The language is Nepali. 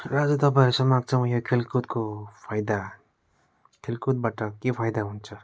र आज तपाईँहरू समक्षमा यो खेलकुदको फाइदा खेलकुदबाट के फाइदा हुन्छ